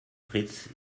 fritz